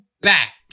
back